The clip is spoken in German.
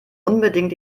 unbedingt